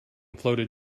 floated